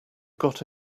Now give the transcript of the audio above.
got